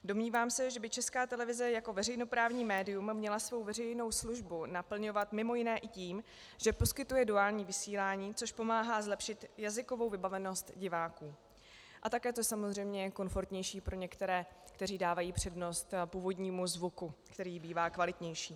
Domnívám se, že by Česká televize jako veřejnoprávní médium měla svou veřejnou službu naplňovat mj. i tím, že poskytuje duální vysílání, což pomáhá zlepšit jazykovou vybavenost diváků, a také je to samozřejmě komfortnější pro některé, kteří dávají přednost původnímu zvuku, který bývá kvalitnější.